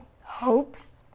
hopes